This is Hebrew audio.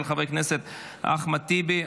של חבר הכנסת אחמד טיבי.